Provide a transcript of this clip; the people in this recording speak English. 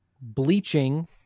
bleaching